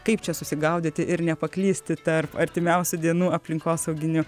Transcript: kaip čia susigaudyti ir nepaklysti tarp artimiausių dienų aplinkosauginių